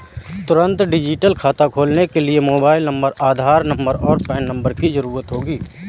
तुंरत डिजिटल खाता खोलने के लिए मोबाइल नंबर, आधार नंबर, और पेन नंबर की ज़रूरत होगी